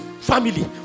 family